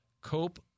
Cope